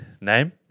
name